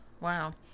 Wow